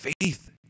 faith